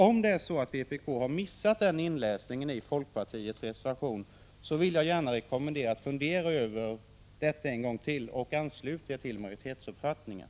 Är det så att vpk missat den inläsningen i folkpartiets reservation, vill jag rekommendera vpk att fundera över detta en gång till och ansluta sig till majoritetsuppfattningen.